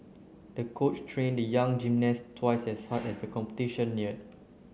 the coach trained the young gymnast twice as hard as the competition neared